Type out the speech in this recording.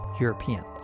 Europeans